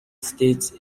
states